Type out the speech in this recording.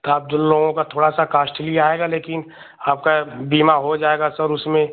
तो आप दोनों लोगों का थोड़ा सा कॉस्टली आएगा लेकिन आपका बीमा हो जाएगा सर उसमें